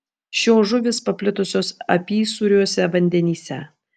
šios žuvys paplitusios apysūriuose vandenyse